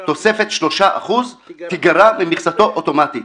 תוספת 3% תיגרע ממכסתו אוטומטית.